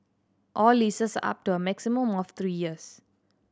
all leases up to a maximum of three years